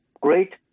great